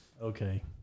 Okay